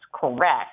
correct